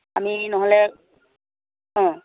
আমি নহ'লে অঁ